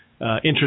interest